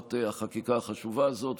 להשלמת החקיקה החשובה הזו.